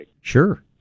Sure